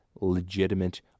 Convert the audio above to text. legitimate